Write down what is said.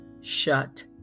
shut